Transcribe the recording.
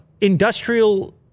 industrial